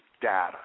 data